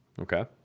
Okay